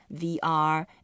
VR